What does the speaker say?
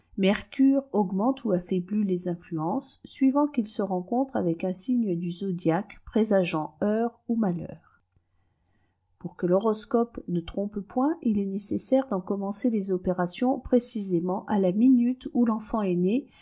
mercure augmente ou afiaiblit les influences suivant qu'il se rencontre avec un signe du zodiaque présageant heur ou malheur pour que l'horoscope né trompe point il est nécessaire c'en commencer les opérations précisément à la minute où tenfant est né